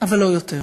אבל לא יותר.